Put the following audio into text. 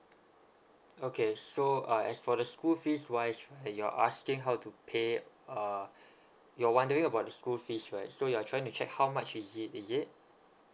okay so uh as for the school fees wise right you're asking how to pay uh you're wondering about the school fees right so you're trying to check how much is it is it